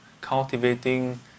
cultivating